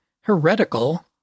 heretical